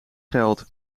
geld